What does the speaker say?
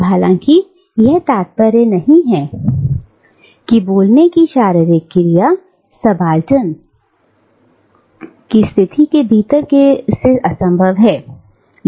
अब हालांकि यह तात्पर्य नहीं है कि बोलने की शारीरिक क्रिया सबाल्टर्न तिथि प्रीति के भीतर से असंभव है